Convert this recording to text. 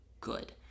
good